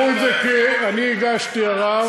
אז ראו את זה כאילו אני הגשתי ערר.